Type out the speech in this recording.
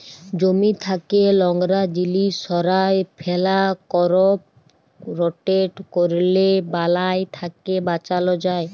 জমি থ্যাকে লংরা জিলিস সঁরায় ফেলা, করপ রটেট ক্যরলে বালাই থ্যাকে বাঁচালো যায়